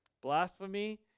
Blasphemy